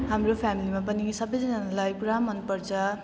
हाम्रो फ्यामिलीमा पनि सबैजनालाई पुरा मनपर्छ